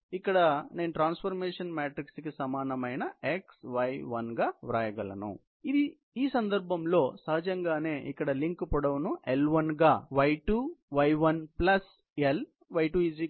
కాబట్టి ఇక్కడ నేను ట్రాన్స్ఫర్మేషన్ మ్యాట్రిక్స్ కి సమానమైన x y 1 గా వ్రాయగలను ఇది ఈ సందర్భంలో సహజంగానే ఇక్కడ లింక్ పొడవును L1 గా నాకు తెలిస్తే y2 y1 plus L y 2